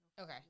Okay